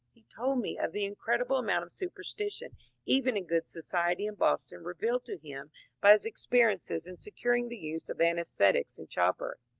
he told me of the incredible amount of superstition even in good society in boston revealed to him by his experiences in securing the use of ansbsthetics in childbirth.